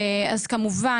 כמובן